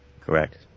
Correct